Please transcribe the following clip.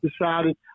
decided